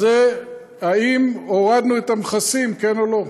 אז זה אם הורדנו את המכסים, כן או לא.